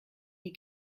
die